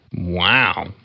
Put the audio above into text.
Wow